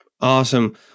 Awesome